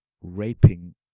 raping